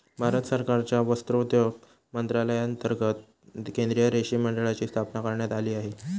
भारत सरकारच्या वस्त्रोद्योग मंत्रालयांतर्गत केंद्रीय रेशीम मंडळाची स्थापना करण्यात आली आहे